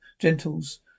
gentles